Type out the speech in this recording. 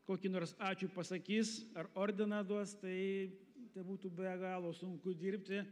kokį nors ačiū pasakys ar ordiną duos tai tai būtų be galo sunku dirbti